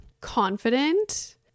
confident